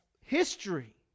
history